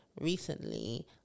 recently